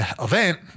event